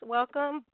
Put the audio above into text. Welcome